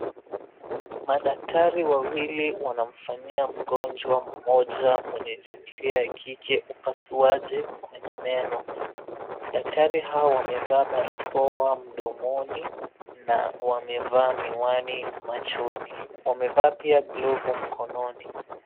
Madaktari wawili wanamfanyia mgonjwa mmoja mwenye jinsia ya kike upasuaji kwenye meno. Daktari hawa wamevaa barakoa mdomoni na wamevaa miwani machoni, wamevaa pia glovu mkononi.